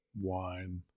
wine